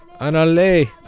Anale